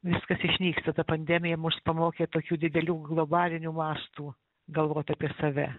viskas išnyksta ta pandemija mus pamokė tokių didelių globalinių mastų galvot apie save